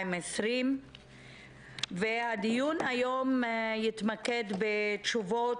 2020. הדיון היום התמקד בעיקר בתשובות